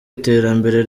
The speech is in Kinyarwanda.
iterambere